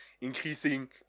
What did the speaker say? increasing